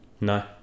no